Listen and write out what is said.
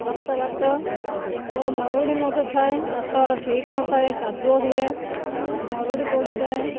ରାସ୍ତା ବାଟ ଓ ମରୁଡ଼ି ମଧ୍ୟ ଥାଏ ରାସ୍ତାଘାଟ ଠିକ ନଥାଏ କାଦୁଅ ହୁଏ ମରୁଡ଼ି ବଢ଼ିଯାଏ